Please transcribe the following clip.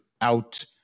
out